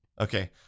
Okay